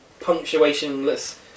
punctuationless